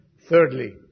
Thirdly